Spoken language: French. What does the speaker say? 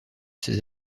ses